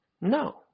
No